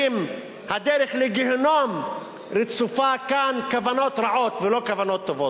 הדרך לגיהינום רצופה כאן כוונות רעות ולא כוונות טובות.